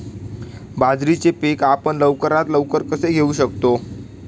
बाजरीचे पीक आपण लवकरात लवकर कसे घेऊ शकतो?